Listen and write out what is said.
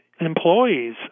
employees